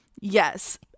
Yes